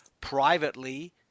privately